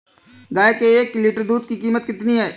गाय के एक लीटर दूध की कीमत कितनी है?